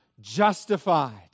Justified